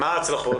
מה ההצלחות?